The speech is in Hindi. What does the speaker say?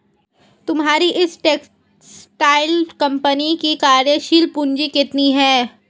तुम्हारी इस टेक्सटाइल कम्पनी की कार्यशील पूंजी कितनी है?